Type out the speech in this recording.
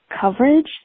coverage